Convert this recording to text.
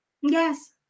yes